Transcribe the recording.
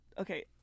okay